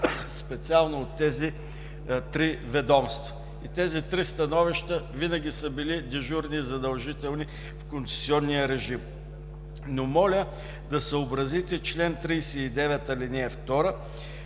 специално от тези три ведомства. Тези три становища винаги са били дежурни и задължителни в концесионния режим. Моля да съобразите чл. 39, ал. 2: